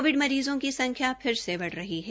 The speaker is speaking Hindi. कोविड मरीजों की संख्या फिर से बढ़ रही है